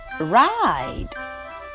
ride